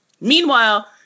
meanwhile